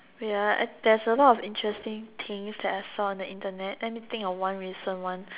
wait ah there's a lot of interesting things that I saw on the Internet let me think of one recent one